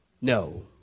no